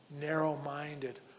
narrow-minded